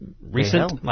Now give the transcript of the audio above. recent